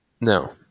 no